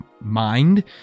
mind